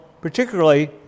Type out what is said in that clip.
particularly